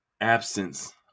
absence